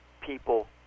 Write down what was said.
people